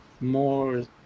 more